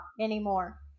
anymore